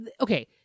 Okay